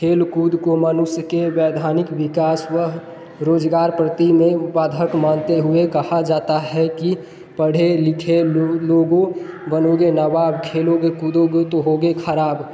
खेल कूद को मनुष्य के वैधानिक विकास व रोज़गार प्रति में उपाधि मानते हुए कहा जाता है कि पढ़े लिखे लोग लोगों बनोगे नवाब खेलोगे कूदोगे तो होगे ख़राब